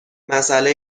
مساله